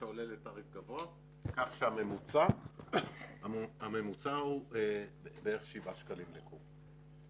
אתה עולה לתעריף גבוה כך שהממוצע הוא בערך 7 שקלים לקוב.